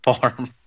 farm